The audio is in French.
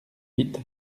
huit